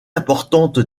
importante